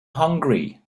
hungry